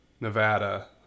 Nevada